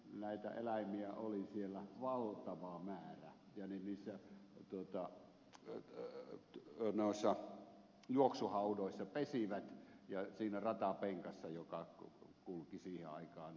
näitä eläimiä oli siellä valtava määrä ja ne juoksuhaudoissa pesivät ja siinä ratapenkassa joka kulki siihen aikaan herttoniemeen